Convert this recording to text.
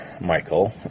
michael